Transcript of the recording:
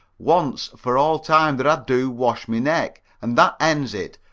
once for all time, that i do wash my neck, and that ends it.